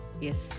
Yes